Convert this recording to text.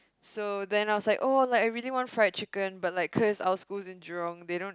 so then I was like oh like I really want fried chicken but like Chris our school's in Jurong they don't